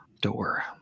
door